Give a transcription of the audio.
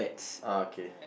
okay